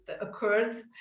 occurred